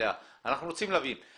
אנחנו רוצים להבין.